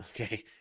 Okay